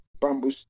bamboo